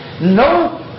No